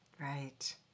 Right